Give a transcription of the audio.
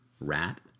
Rat